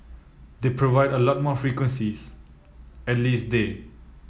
they provide a lot more frequencies at least day